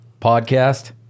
podcast